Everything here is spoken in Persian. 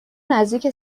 نزدیک